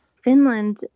Finland